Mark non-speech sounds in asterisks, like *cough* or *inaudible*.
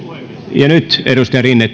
ja nyt edustaja rinne *unintelligible*